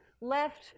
left